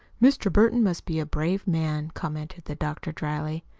mr. burton must be a brave man, commented the doctor dryly.